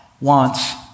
wants